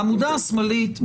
העמודה השמאלית,